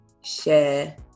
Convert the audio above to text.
share